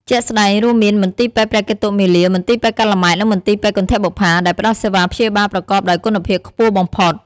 ជាក់ស្តែងរួមមាន មន្ទីរពេទ្យព្រះកេតុមាលា មន្ទីរពេទ្យកាល់ម៉ែត និងមន្ទីរពេទ្យគន្ធបុប្ផា ដែលផ្តល់សេវាព្យាបាលប្រកបដោយគុណភាពខ្ពស់បំផុត។